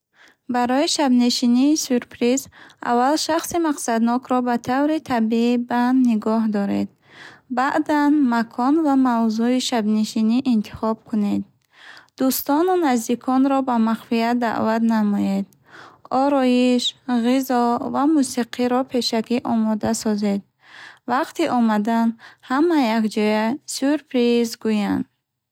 Барои шабнишинии сюрприз, аввал шахси мақсаднокро ба таври табии банд нигоҳ доред. Баъдан, макон ва мавзӯи шабнишинӣ интихоб кунед. Дӯстону наздиконро ба махфият даъват намоед. Ороиш, ғизо ва мусиқиро пешакӣ омода созед. Вақти омадан, ҳама якҷоя сюрприз гӯянд.